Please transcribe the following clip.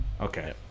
Okay